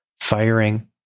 firing